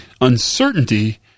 uncertainty